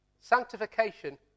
Sanctification